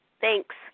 Thanks